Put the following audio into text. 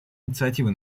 инициативы